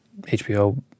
HBO